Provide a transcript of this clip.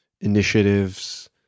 initiatives